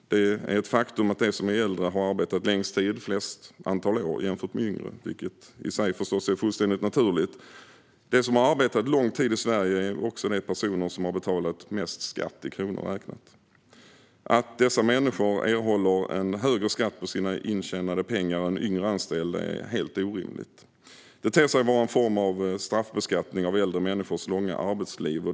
Det är ett faktum att de som är äldre har arbetat längre tid och fler år jämfört med yngre, vilket i sig förstås är fullständigt naturligt. De som har arbetat lång tid i Sverige är också de personer som har betalat mest skatt i kronor räknat. Att dessa människor erhåller en högre skatt på sina intjänade pengar än yngre anställda är helt orimligt. Det ter sig som en form av straffbeskattning av äldre människors långa arbetsliv.